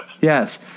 Yes